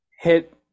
hit